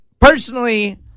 personally